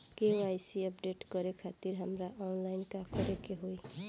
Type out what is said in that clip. KYC update करे खातिर हमरा ऑनलाइन का करे के होई?